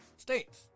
States